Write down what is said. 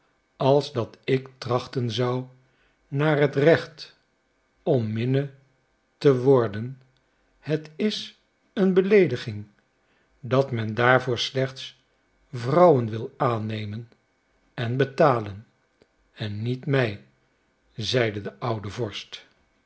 als dat ik trachten zou naar het recht om minne te worden het is een beleediging dat men daarvoor slechts vrouwen wil aannemen en betalen en niet mij zeide de oude vorst